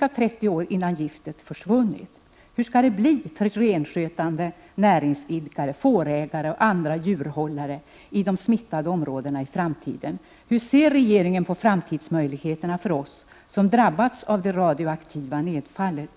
ca 30 år innan giftet ”försvunnit”. Hur skall det bli för renskötande näringsidkare, fårägare och andra djurhållare i de smittade områdena i framtiden? Hur ser regeringen på framtidsmöjligheterna för oss som har drabbats av det radioaktiva nedfallet?